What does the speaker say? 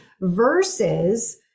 versus